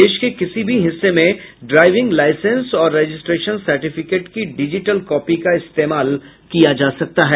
देश के किसी भी हिस्से में ड्राइविंग लाईसेंस और रजिस्ट्रेशन सार्टिफिकेट की डिजिटल कॉपी का इस्तेमाल किया जा सकता है